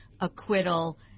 acquittal